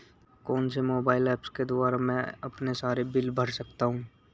कौनसे mobile apps के द्वारा मैं अपने सारे बिल भर सकता हूं?